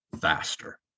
faster